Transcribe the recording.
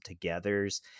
togethers